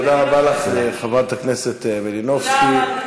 תודה רבה לך, חברת הכנסת מלינובסקי.